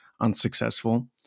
unsuccessful